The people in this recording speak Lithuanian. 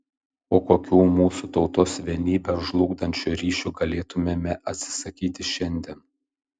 o kokių mūsų tautos vienybę žlugdančių ryšių galėtumėme atsisakyti šiandien